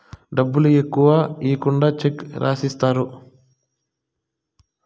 డబ్బులు ఎక్కువ ఈకుండా చెక్ రాసిత్తారు